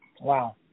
Wow